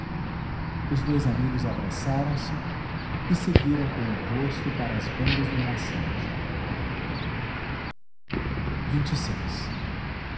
os dois amigos abraçaram-se e seguiram com o rosto para as bandas do nascente